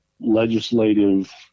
legislative